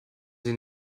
sie